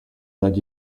that